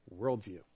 worldview